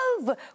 love